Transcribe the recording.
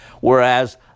whereas